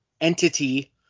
entity